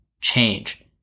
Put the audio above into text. change